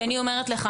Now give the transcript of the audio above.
אני אומרת לך,